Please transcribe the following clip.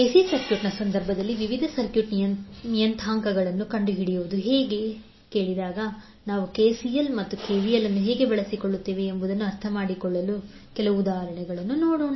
AC ಸರ್ಕ್ಯೂಟ್ನ ಸಂದರ್ಭದಲ್ಲಿ ವಿವಿಧ ಸರ್ಕ್ಯೂಟ್ ನಿಯತಾಂಕಗಳನ್ನು ಕಂಡುಹಿಡಿಯಲು ಕೇಳಿದಾಗ ನಾವು ಕೆಸಿಎಲ್ ಮತ್ತು ಕೆವಿಎಲ್ ಅನ್ನು ಹೇಗೆ ಬಳಸಿಕೊಳ್ಳುತ್ತೇವೆ ಎಂಬುದನ್ನು ಅರ್ಥಮಾಡಿಕೊಳ್ಳಲು ಕೆಲವು ಉದಾಹರಣೆಗಳನ್ನು ನೋಡೋಣ